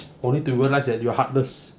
only to realise that you are heartless